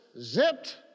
zipped